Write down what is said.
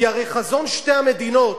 כי הרי חזון שתי המדינות,